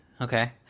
Okay